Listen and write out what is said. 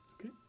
Okay